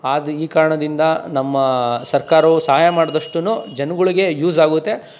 ಆದ ಈ ಕಾರಣದಿಂದ ನಮ್ಮ ಸರ್ಕಾರವು ಸಹಾಯ ಮಾಡಿದಷ್ಟೂ ಜನಗಳ್ಗೆ ಯೂಸ್ ಆಗುತ್ತೆ